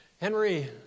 Henry